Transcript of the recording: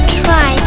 try